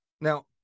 now